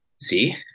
see